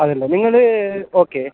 അതല്ല നിങ്ങൾ ഓക്കെ